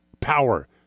power